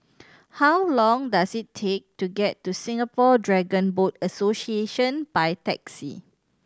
how long does it take to get to Singapore Dragon Boat Association by taxi